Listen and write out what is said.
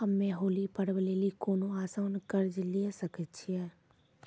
हम्मय होली पर्व लेली कोनो आसान कर्ज लिये सकय छियै?